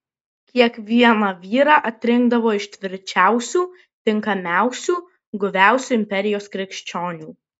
kiekvieną vyrą atrinkdavo iš tvirčiausių tinkamiausių guviausių imperijos krikščionių